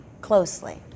closely